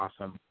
awesome